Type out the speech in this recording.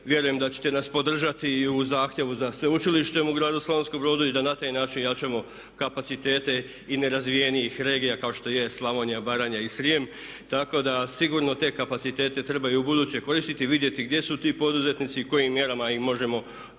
Vjerujem da ćete nas podržati i u zahtjevu za sveučilištem u gradu Slavonskom Brodu i da na taj način jačamo kapacitete i nerazvijenijih regija kao što je Slavonija, Baranja i Srijem. Tako da sigurno te kapacitete treba i ubuduće koristiti i vidjeti gdje su ti poduzetnici i kojim mjerama im možemo dalje,